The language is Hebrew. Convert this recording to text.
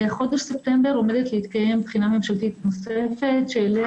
בחודש ספטמבר עומדת להתקיים בחינה ממשלתית נוספת שאליה